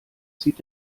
zieht